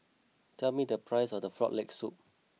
tell me the price of Frog Leg Soup